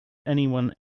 anyone